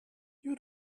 you